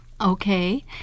Okay